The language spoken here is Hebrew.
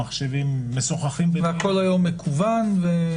המחשבים משוחחים- -- והכול היום מקוון.